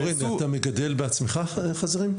אורן, אתה מגדל בעצמך חזירים?